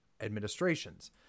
administrations